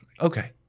Okay